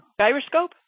Gyroscope